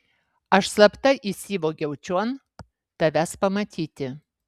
aš slapta įsivogiau čion tavęs pamatyti